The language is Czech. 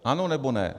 Ano, nebo ne?